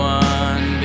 one